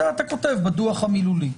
זה אתה כותב בדוח המילולי.